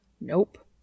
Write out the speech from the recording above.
Nope